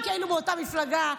מי ההגמוניה?